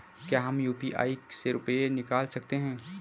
क्या हम यू.पी.आई से रुपये निकाल सकते हैं?